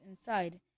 inside